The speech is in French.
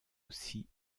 aussi